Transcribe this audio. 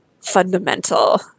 fundamental